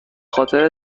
خاطر